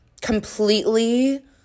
completely